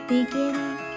Beginning